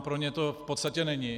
Pro ně to v podstatě není.